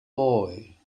boy